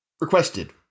requested